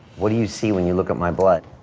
what do you see when you look at my blood?